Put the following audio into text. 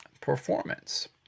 performance